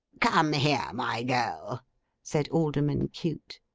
come here, my girl said alderman cute.